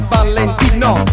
Valentino